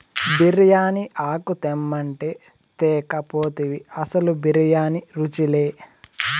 బిర్యానీ ఆకు తెమ్మంటే తేక పోతివి అసలు బిర్యానీ రుచిలే